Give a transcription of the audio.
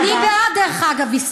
דרך אגב, אני בעד, עיסאווי.